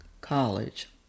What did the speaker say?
college